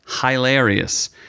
hilarious